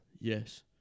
Yes